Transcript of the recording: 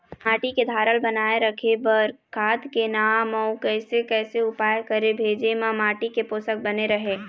माटी के धारल बनाए रखे बार खाद के नाम अउ कैसे कैसे उपाय करें भेजे मा माटी के पोषक बने रहे?